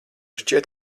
šķiet